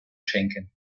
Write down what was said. schenken